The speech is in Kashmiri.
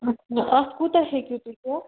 اَچھا اَتھ کوٗتاہ ہیٚکِو تُہۍ ہٮ۪تھ